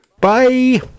Bye